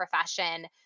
profession